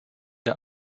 der